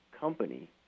company